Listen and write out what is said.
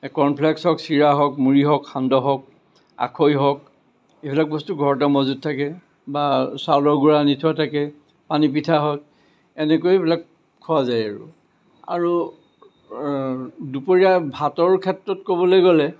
corn flakes হওক চিৰা হওক মুড়ি হওক সান্দহ হওক আখৈ হওক এইবিলাক বস্তু ঘৰতে মজুত থাকে বা চাউলৰ গুৰা আনি থোৱা থাকে পানীপিঠা হওক এনেকৈ এইবিলাক খোৱা যায় আৰু দুপৰীয়া ভাতৰ ক্ষেত্ৰত ক'বলৈ গ'লে